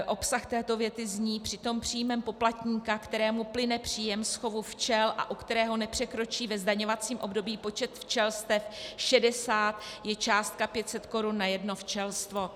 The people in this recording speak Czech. Obsah této věty zní: Přitom příjmem poplatníka, kterému plyne příjem z chovu včel a u kterého nepřekročí ve zdaňovacím období počet včelstev 60, je částka 500 korun na jedno včelstvo.